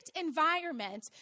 environment